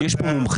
יש פה מומחים,